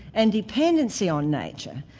and dependency on nature,